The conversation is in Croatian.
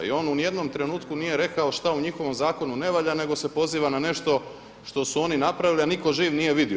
I on u ni jednom trenutku nije rekao šta u njihovom zakonu ne valja nego se poziva ne nešto što su oni napravili a nitko živ nije vidio.